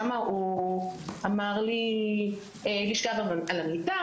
שם הוא אמר לי לשכב על המיטה,